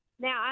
Now